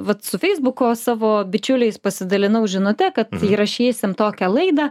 vat su feisbuko savo bičiuliais pasidalinau žinute kad įrašysim tokią laidą